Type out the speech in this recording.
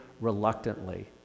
reluctantly